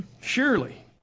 surely